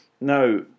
Now